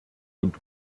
und